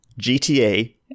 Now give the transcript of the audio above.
GTA